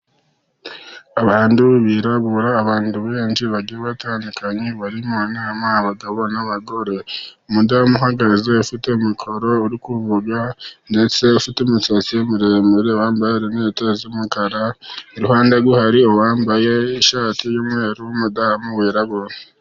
Abantu birabura, abantu benshi bagiye batandukanye bari mu nama abagabo n'abagore, umudamu uhagaze ufite mikoro uri kuvuga ndetse ufite umusatsi muremure, wambaye linete z'umukara, iruhande hari uwambaye ishati y'umweru n'umudamu wirabura.